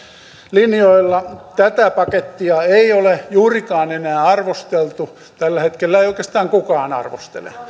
linjoilla tätä pakettia ei ole juurikaan enää arvosteltu tällä hetkellä ei oikeastaan kukaan arvostele